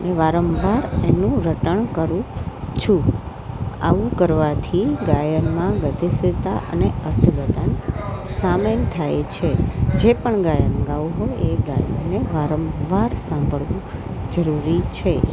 ને વારંવાર એનું રટણ કરું છું આવું કરવાથી ગાયનમાં ગતિશિલતા અને અર્થઘટન સામેલ થાય છે જે પણ ગાયન ગાવું હોય એ ગાયનને વારંવાર સાંભળવું જરૂરી છે